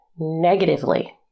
negatively